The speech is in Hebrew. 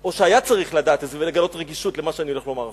או שהיה צריך לדעת את זה ולגלות רגישות למה שאני הולך לומר עכשיו.